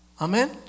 Amen